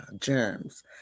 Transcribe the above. germs